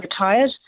retired